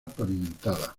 pavimentada